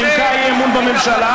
נימקה הצעת אי-אמון בממשלה,